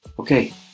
Okay